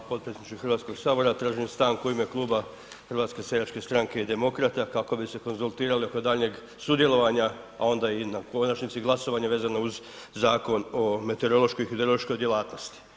Hvala, potpredsjedniče Hrvatskog sabora tražim stanku u ime Kluba HSS-a i demokrata kako bi se konzultirali oko daljnjeg sudjelovanja, a onda i na konačnici glasovanja vezano uz Zakon o meteorološkoj i hidrološkoj djelatnosti.